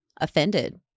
offended